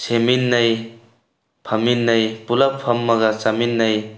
ꯁꯦꯝꯃꯤꯟꯅꯩ ꯐꯝꯃꯤꯟꯅꯩ ꯄꯨꯂꯞ ꯐꯝꯃꯒ ꯆꯥꯃꯤꯟꯅꯩ